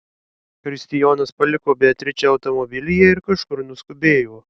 kristijonas paliko beatričę automobilyje ir kažkur nuskubėjo